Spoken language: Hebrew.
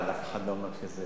אבל אף אחד לא אומר שזה,